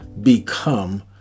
become